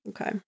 Okay